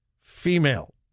female